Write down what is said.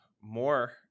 more